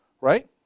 Right